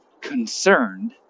concerned